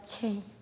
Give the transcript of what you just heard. change